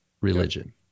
religion